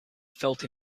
felt